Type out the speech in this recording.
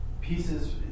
pieces